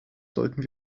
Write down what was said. sollten